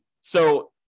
so-